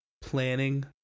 planning